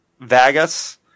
Vagus